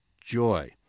joy